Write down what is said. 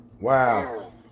Wow